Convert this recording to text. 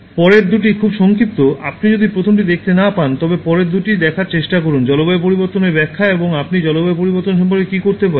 পরের দুটি খুব সংক্ষিপ্ত আপনি যদি প্রথমটি দেখতে না পান তবে পরের দুটিটি দেখার চেষ্টা করুন - জলবায়ু পরিবর্তন ব্যাখ্যা এবং আপনি জলবায়ু পরিবর্তন সম্পর্কে কী করতে পারেন